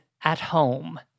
at-home